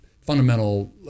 fundamental